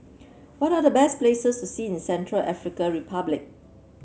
what are the best places to see in Central African Republic